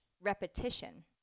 repetition